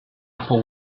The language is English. upper